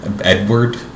Edward